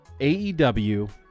AEW